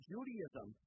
Judaism